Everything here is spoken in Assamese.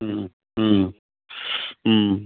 ও ও